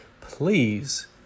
please